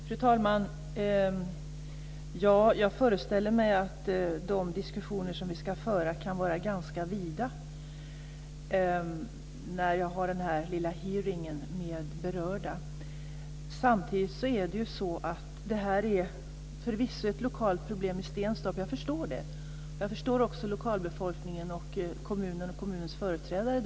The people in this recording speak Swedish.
Fru talman! Jag föreställer mig att de diskussioner som vi ska föra vid den här hearingen med de berörda kan vara ganska vida. Detta är förvisso ett lokalt problem i Stenstorp. Jag förstår det. Jag förstår också lokalbefolkningen och kommunens företrädare.